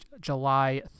July